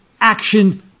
action